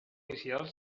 inicial